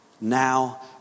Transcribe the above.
now